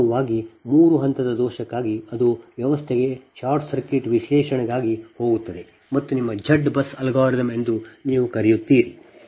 ವಾಸ್ತವವಾಗಿ ಮೂರು ಹಂತದ ದೋಷಕ್ಕಾಗಿ ಅದು ದೊಡ್ಡ ವ್ಯವಸ್ಥೆಗೆ ಶಾರ್ಟ್ ಸರ್ಕ್ಯೂಟ್ ವಿಶ್ಲೇಷಣೆಗಾಗಿ ಹೋಗುತ್ತದೆ ಮತ್ತು ನಿಮ್ಮ Z ಬಸ್ ಅಲ್ಗಾರಿದಮ್ ಎಂದು ನೀವು ಕರೆಯುತ್ತೀರಿ